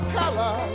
color